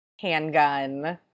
handgun